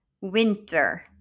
Winter